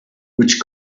which